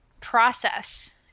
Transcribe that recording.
process